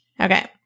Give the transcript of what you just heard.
Okay